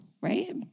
right